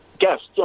yes